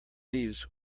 leaves